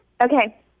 Okay